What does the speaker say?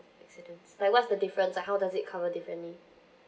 accidents like what's the difference like how does it cover differently